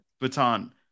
baton